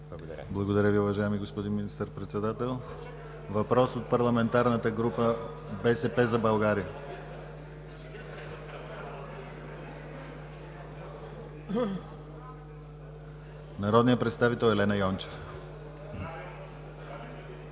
Благодаря Ви, уважаеми господин Министър-председател. Въпрос от Парламентарната група на „БСП за България“ – народният представител Елена Йончева.